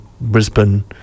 Brisbane